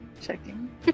Checking